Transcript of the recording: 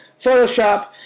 Photoshop